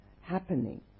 happening